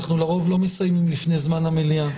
אנחנו לרוב לא מסיימים לפני זמן המליאה,